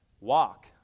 Walk